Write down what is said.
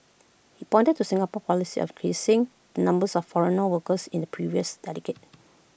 he pointed to Singapore's policy of increasing the numbers of foreigner workers in the previous dedicate